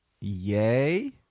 yay